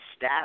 stats